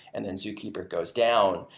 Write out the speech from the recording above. and then zookeeper goes down,